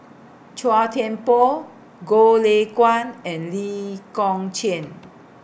Chua Thian Poh Goh Lay Kuan and Lee Kong Chian